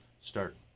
start